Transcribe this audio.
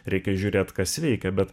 reikia žiūrėt kas veikia bet